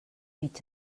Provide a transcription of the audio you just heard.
mig